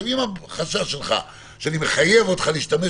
אם החשש שלך שאני מחייב אותך להשתמש